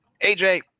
AJ